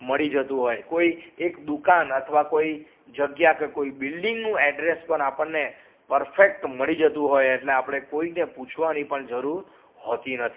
મળી જતું હોય કોઈ એક દુકાન અથવા કોઈ જગ્યા કે કોઈ બિલ્ડિંગનું એડ્રેસ પણ આપણને પરફેક્ટ મળી જતું હોય એટલે આપણે કોઈને પૂછવાની પણ જરૂર હોતી નથી